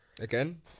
Again